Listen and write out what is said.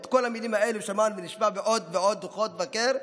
את כל המילים האלה שמענו ונשמע בעוד ועוד דוחות מבקר,